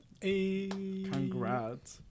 Congrats